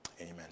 Amen